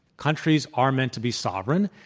countries are meant to be sovereign.